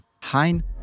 Hein